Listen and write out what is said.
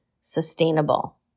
sustainable